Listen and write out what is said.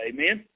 Amen